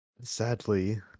Sadly